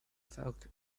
falcon